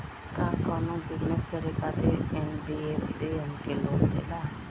का कौनो बिजनस करे खातिर एन.बी.एफ.सी हमके लोन देला?